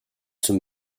zum